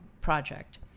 project